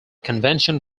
convention